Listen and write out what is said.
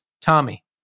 Tommy